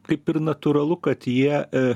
kaip ir natūralu kad jie